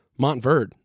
Montverde